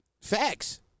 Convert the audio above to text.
Facts